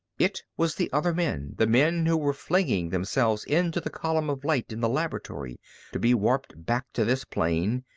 it was the other men, the men who were flinging themselves into the column of light in the laboratory to be warped back to this plane,